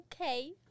Okay